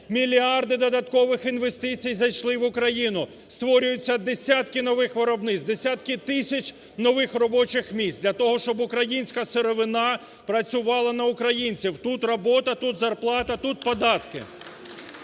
Мільярди додаткових інвестицій зайшли в Україну, створюються десятки нових виробництв, десятки тисяч нових робочих місць, для того щоб українська сировина працювала на українців: тут робота, тут зарплата, тут податки.